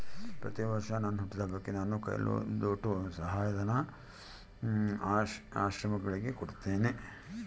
ಪ್ರತಿವರ್ಷ ನನ್ ಹುಟ್ಟಿದಬ್ಬಕ್ಕ ನಾನು ಕೈಲಾದೋಟು ಧನಸಹಾಯಾನ ಆಶ್ರಮಗುಳಿಗೆ ಕೊಡ್ತೀನಿ